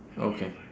okay